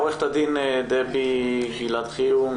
עורכת הדין דבי גילד-חילו,